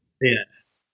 Yes